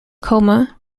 coma